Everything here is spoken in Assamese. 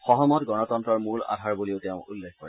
সহমত গণতন্নৰ মূল আধাৰ বুলিও তেওঁ উল্লেখ কৰে